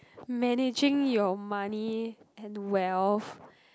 managing your money and wealth